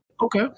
okay